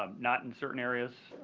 um not in certain areas.